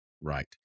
Right